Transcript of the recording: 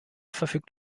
verfügt